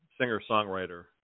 singer-songwriter